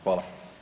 Hvala.